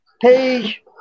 page